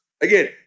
Again